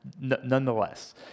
Nonetheless